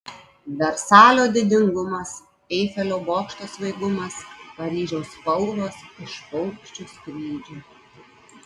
versalio didingumas eifelio bokšto svaigumas paryžiaus spalvos iš paukščių skrydžio